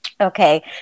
Okay